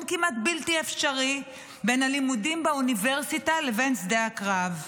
כמעט בלתי אפשרי בין הלימודים באוניברסיטה לבין שדה הקרב.